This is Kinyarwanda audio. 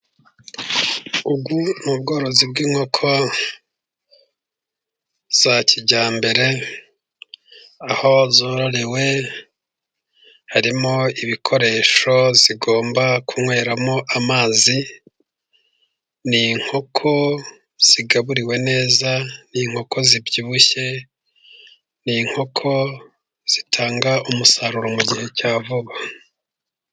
Ubworozi bw'inkoko za kijyambere, aho zororewe harimo ibikoresho zigomba kunyweramo amazi, ni inkoko zigaburiwe neza ni inkoko zibyibushye, ni inkoko zitanga umusaruro mu gihe cya vuba.